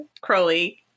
Crowley